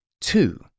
Two